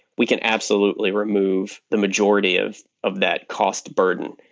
we can absolutely remove the majority of of that cost burden.